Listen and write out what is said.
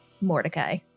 Mordecai